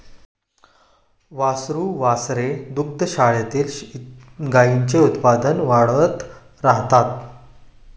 वासरू वासरे दुग्धशाळेतील गाईंचे उत्पादन वाढवत राहतात